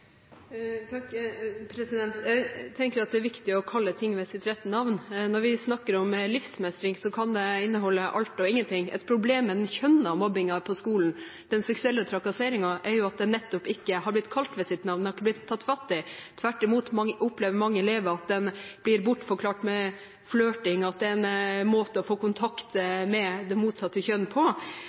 Jeg tenker at det er viktig å kalle ting ved sitt rette navn. Når vi snakker om livsmestring, kan det inneholde alt og ingenting. Et problem mellom kjønnene, mobbingen på skolen, den seksuelle trakasseringen, er at det nettopp ikke har blitt kalt ved sitt navn, det har ikke blitt tatt fatt i. Tvert imot opplever mange elever at det blir bortforklart med flørting, at det er en måte å få kontakt med det motsatte kjønn på.